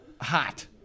hot